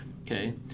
Okay